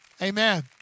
Amen